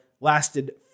lasted